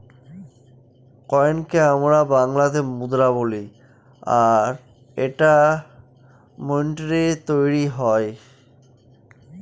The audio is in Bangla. কয়েনকে আমরা বাংলাতে মুদ্রা বলি আর এটা মিন্টৈ তৈরী হয়